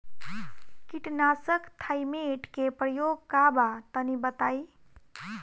कीटनाशक थाइमेट के प्रयोग का बा तनि बताई?